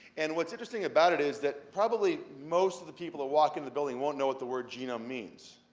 and what's interesting about it is that probably most of the people that walk into the building won't know what the word genome means,